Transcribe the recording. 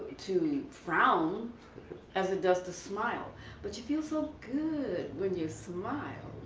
to frown as it does to smile but you feel so good when you smile.